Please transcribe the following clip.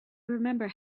remember